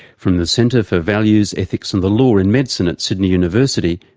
from the centre for values, ethics and the law in medicine at sydney university,